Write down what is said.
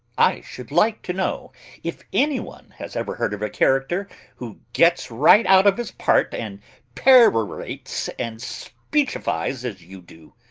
i should like to know if anyone has ever heard of a character who gets right out of his part and perorates and speechifies as you do.